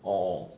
or